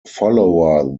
follower